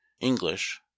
English